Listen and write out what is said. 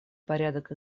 порядок